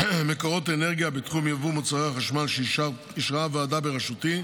מקורות אנרגיה בתחום יבוא מוצרי חשמל שאישרה הוועדה בראשותי,